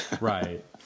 right